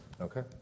okay